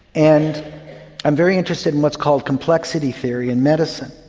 and i'm very interested in what's called complexity theory in medicine.